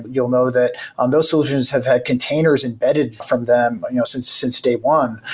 you'll know that on those solutions, have had containers embedded from them but you know since since day one.